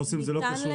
בושם לא קשור.